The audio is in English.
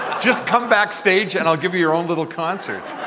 just come backstage and i'll give you your own little concert.